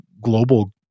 global